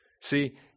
See